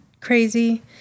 crazy